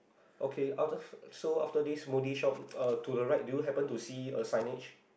okay after so after this smoothie shop uh to the right do you happen to see a signage